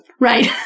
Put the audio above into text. Right